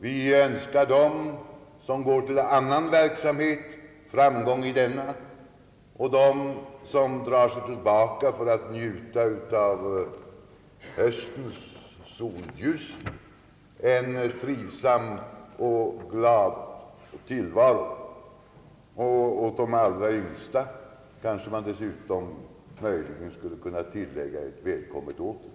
Vi önskar dem som går till annan verksamhet framgång i denna och dem som drar sig tillbaka för att njuta höstens solljus en trivsam och glad tillvaro. För de allra yngsta skulle man kanske dessutom kunna tillägga ett »välkommen åter».